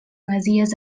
masies